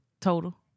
Total